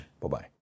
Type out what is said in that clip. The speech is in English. Bye-bye